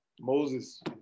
Moses